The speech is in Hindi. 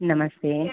नमस्ते